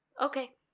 Okay